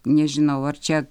nežinau ar čia